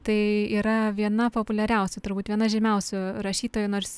tai yra viena populiariausių turbūt viena žymiausių rašytojų nors